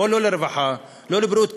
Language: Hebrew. גם לא לרווחה ולא לבריאות,